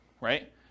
right